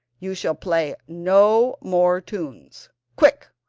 you shall play no more tunes. quick!